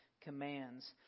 commands